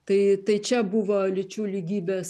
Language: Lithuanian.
tai tai čia buvo lyčių lygybės